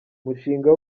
umushinga